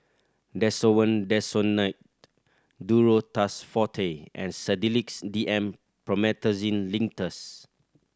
Desowen Desonide Duro Tuss Forte and Sedilix D M Promethazine Linctus